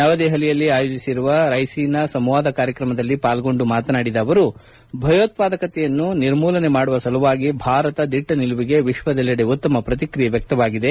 ನವದೆಹಲಿಯಲ್ಲಿ ಆಯೋಜಿಸಿರುವ ರೈಸೀನಾ ಸಂವಾದ ಕಾರ್ಯಕ್ರಮದಲ್ಲಿ ಪಾಲ್ಗೊಂಡು ಮಾತನಾಡಿದ ಅವರು ಭಯೋತ್ತಾದಕತೆಯನ್ನು ನಿರ್ಮೂಲನೆ ಮಾಡುವ ಸಲುವಾಗಿ ಭಾರತ ದಿಟ್ಟ ನಿಲುವಿಗೆ ವಿಶ್ವದೆಲ್ಲಡೆ ಉತ್ತಮ ಪ್ರಕ್ಷಿಕಿಯೆ ವ್ಯಕವಾಗಿದೆ